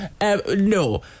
No